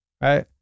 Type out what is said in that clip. right